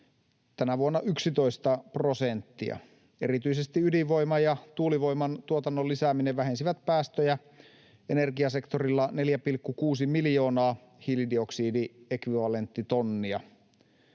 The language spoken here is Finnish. tänä vuonna 11 prosenttia. Erityisesti ydinvoiman ja tuulivoiman tuotannon lisääminen vähensi päästöjä energiasektorilla 4,6 miljoonaa hiilidioksidiekvivalenttitonnia.